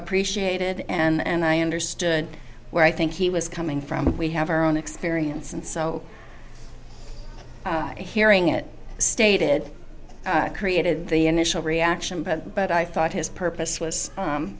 appreciated and i understood where i think he was coming from and we have our own experience and so hearing it stated created the initial reaction but but i thought his purpose was